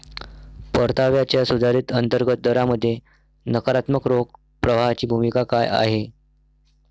परताव्याच्या सुधारित अंतर्गत दरामध्ये नकारात्मक रोख प्रवाहाची भूमिका काय आहे?